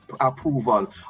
approval